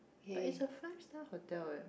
but is a five star hotel [right]